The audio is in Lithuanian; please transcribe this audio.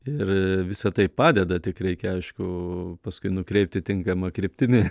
ir visa tai padeda tik reikia aišku paskui nukreipti tinkama kryptimi